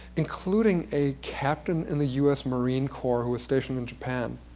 including a captain in the u s. marine corp who was stationed in japan.